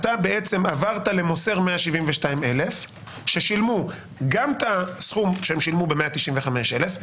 אתה בעצם עברת למוסר 172,000 ששילמו גם את הסכום שהם שילמו ב-195,000,